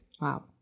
Wow